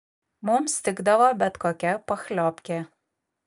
mums tikdavo bet kokia pachliobkė